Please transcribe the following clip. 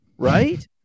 right